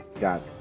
got